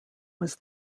was